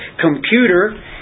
computer